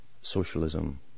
socialism